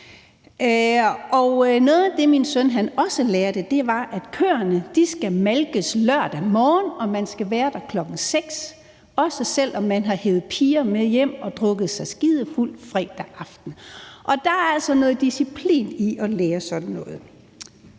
Noget af det, min søn også lærte, var, at køer skal malkes lørdag morgen, og at man skal være der klokken 6, også selv om man har hevet piger med hjem og drukket sig skidefuld fredag aften. Der er altså noget disciplin i at lære sådan noget.